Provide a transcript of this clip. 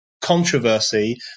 controversy